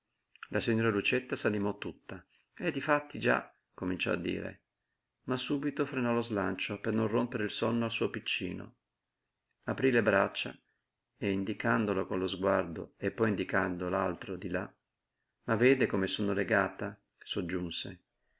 la signora lucietta s'animò tutta e difatti già cominciò a dire ma subito frenò lo slancio per non rompere il sonno al suo piccino aprí le braccia e indicandolo con lo sguardo e poi indicando l'altro di là ma vede come sono legata soggiunse